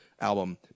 album